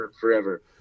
forever